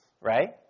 right